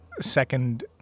second